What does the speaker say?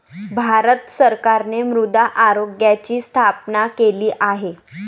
भारत सरकारने मृदा आरोग्याची स्थापना केली आहे